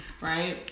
right